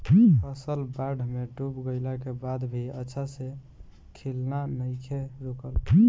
फसल बाढ़ में डूब गइला के बाद भी अच्छा से खिलना नइखे रुकल